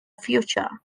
future